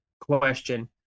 question